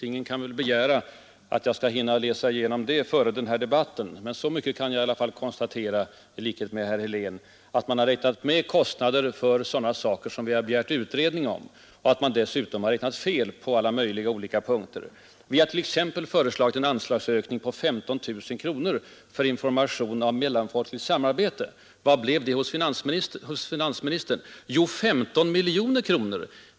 Ingen kan väl begära att jag skall ha hunnit läsa igenom den före den här debatten, men Måndagen den så mycket kan jag ändå konstatera — i likhet med herr Helén att 4 juni 1973 finansdepartementet har knat med kostnader för sådana saker som vi bara begärt utredning om och dessutom räknat fel på alla möjliga olika Den ekonomiska Vi har t.ex. föreslagit en anslagsökning på 15 000 kronor för information om mellanfolkligt samarbete. Vad blev det hos finansministern? Jo, 15 miljoner kronor.